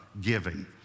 giving